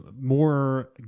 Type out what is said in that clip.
more